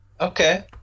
Okay